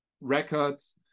records